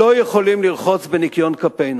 לא יכולים לרחוץ בניקיון כפינו.